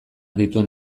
dituen